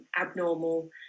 abnormal